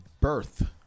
birth